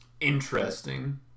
interesting